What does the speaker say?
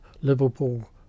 Liverpool